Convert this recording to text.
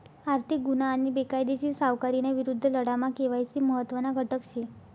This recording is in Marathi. आर्थिक गुन्हा आणि बेकायदेशीर सावकारीना विरुद्ध लढामा के.वाय.सी महत्त्वना घटक शे